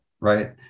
right